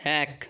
এক